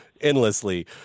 endlessly